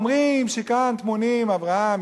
אומרים שכאן טמונים אברהם,